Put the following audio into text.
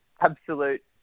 absolute